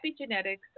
epigenetics